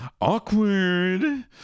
Awkward